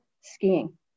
skiing